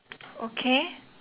okay